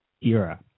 era